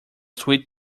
sweet